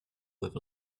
with